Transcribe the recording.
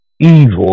evil